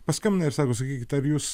paskambina ir sako sakykit ar jus